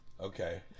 Okay